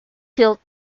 tilt